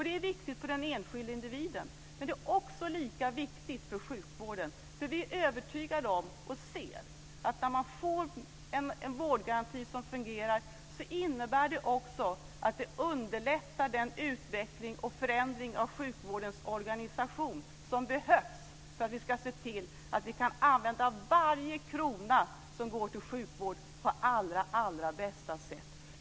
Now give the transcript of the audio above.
Det är viktigt för den enskilde individen, men det är lika viktigt för sjukvården. Vi är övertygade om och ser att när man får en vårdgaranti som fungerar, innebär det också att det underlättar den utveckling och förändring av sjukvårdens organisation som behövs för att vi ska se till att vi kan använda varje krona som går till sjukvård på allra, allra bästa sätt.